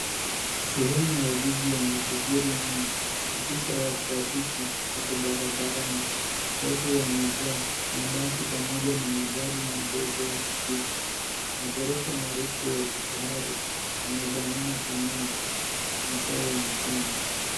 Sehemu ya jiji yenye shughuli nyingi. Afisa wa trafiki ako barabarani. Watu wamejaa. Mabasi pamoja na magari madogo yanapita. Magorofa marefu ya kifahari yamebanana pamoja. Masaa ya mchana.